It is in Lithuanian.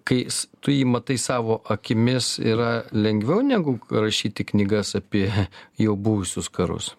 kai s tu jį matai savo akimis yra lengviau negu rašyti knygas apie jau buvusius karus